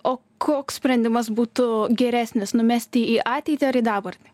o koks sprendimas būtų geresnis numesti į ateitį ar į dabartį